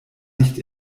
nicht